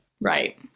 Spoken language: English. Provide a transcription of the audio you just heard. Right